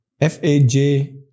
F-A-J